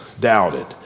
doubted